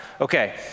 Okay